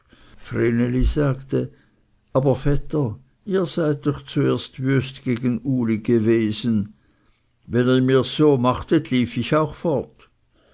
sagte aber vetter ihr seid doch zuerst wüst gegen uli gewesen wenn ihr mirs so machtet ich lief auch fort